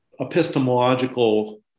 epistemological